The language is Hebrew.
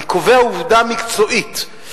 אני קובע עובדה מקצועית,